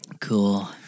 Cool